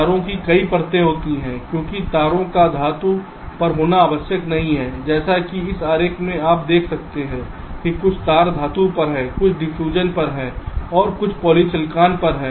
तारों की कई परतें होती हैं क्योंकि तारों का धातु पर होना आवश्यक नहीं है जैसे कि इस आरेख में आप देख सकते हैं कि कुछ तार धातु पर हैं कुछ डिफ्यूजन पर हैं और कुछ पॉलीसिलिकॉन पर हैं